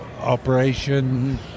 operation